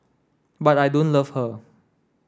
but I don't love her